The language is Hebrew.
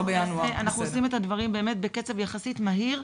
בינואר --- אנחנו עושים את הדברים בקצב יחסית מהיר.